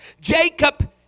Jacob